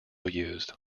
used